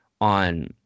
on –